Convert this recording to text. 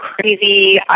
crazy